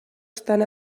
estan